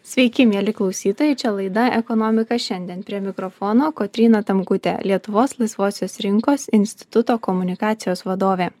sveiki mieli klausytojai čia laida ekonomika šiandien prie mikrofono kotryna tamkutė lietuvos laisvosios rinkos instituto komunikacijos vadovė